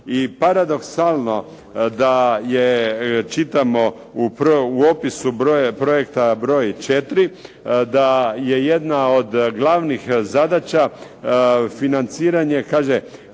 I paradoksalno da je, čitamo u opisu projekta broj 4 da je jedna od glavnih zadaća financiranje kaže,